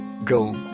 go